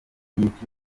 ndetse